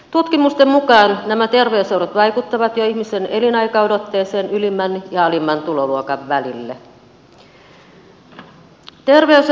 tutkimusten mukaan nämä terveyserot vaikuttavat jo ihmisen elinaikaodotteeseen ylimmän ja alimman tuloluokan välillä